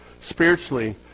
Spiritually